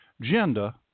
gender